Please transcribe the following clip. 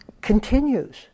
continues